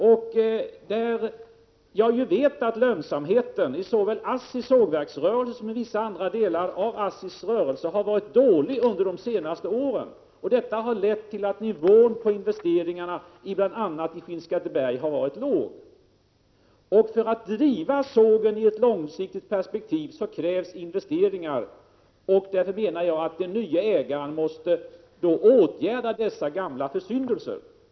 Jag vet ju att lönsamheten i såväl sågverksrörelsen som vissa andra delar av ASSI:s rörelse har varit dålig under de senaste åren och att detta har lett till att nivån på investeringarna i bl.a. Skinnskatteberg har varit låg. För att driva sågen i ett långsiktigt perspektiv krävs investeringar. Därför menar jag att den nye ägaren måste åtgärda dessa gamla försyndelser.